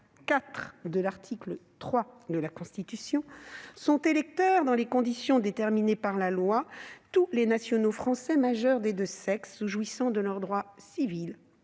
4 de l'article 3 de la Constitution, « sont électeurs, dans les conditions déterminées par la loi, tous les nationaux français majeurs des deux sexes, jouissant de leurs droits civils